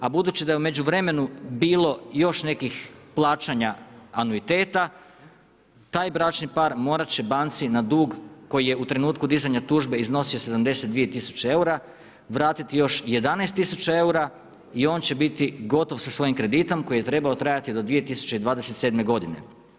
A budući da je u međuvremenu bilo još nekih plaćanja anuiteta, taj bračni par morat će banci na dug koji je u trenutku dizanja tužbe iznosio 72000 eura vratiti još 11000 eura i on će biti gotov sa svojim kreditom koji je trebao trajati do 2027. godine.